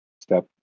step